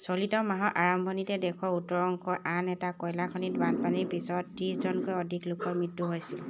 চলিত মাহৰ আৰম্ভণিতে দেশৰ উত্তৰ অংশৰ আন এটা কয়লা খনিত বানপানীৰ পিছত ত্ৰিছ জনতকৈ অধিক লোকৰ মৃত্যু হৈছিল